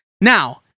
Now